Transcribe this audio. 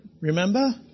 Remember